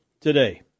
today